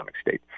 State